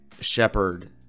Shepherd